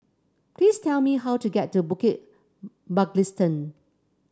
please tell me how to get to Bukit Mugliston